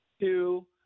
two